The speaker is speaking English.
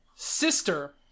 Sister